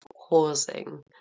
pausing